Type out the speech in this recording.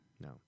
No